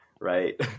right